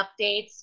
updates